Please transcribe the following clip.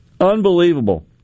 Unbelievable